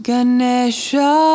Ganesha